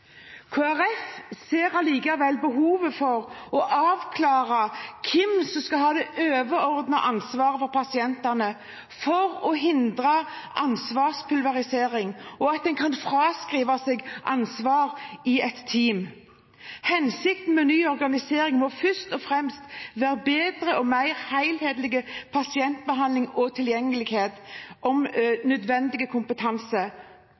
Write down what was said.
ser likevel behov for å avklare hvem som skal ha det overordnede ansvaret for pasientene for å hindre ansvarspulverisering, og at en kan fraskrive seg ansvar i et team. Hensikten med ny organisering må først og fremst være bedre og mer helhetlig pasientbehandling og tilgjengelighet av nødvendig kompetanse.